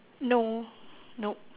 no nope